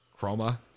Chroma